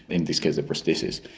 in this case the prosthesis,